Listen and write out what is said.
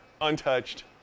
untouched